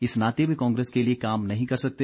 इस नाते वे कांग्रेस के लिए काम नहीं कर सकते